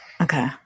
Okay